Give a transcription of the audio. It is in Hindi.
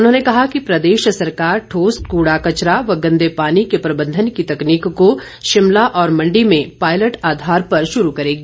उन्होंने कहा कि प्रदेश सरकार ठोस कूड़ा कचरा व गंदे पानी के प्रबंधन की तकनीक को शिमला और मंडी में पायलट आधार पर शुरू करेगी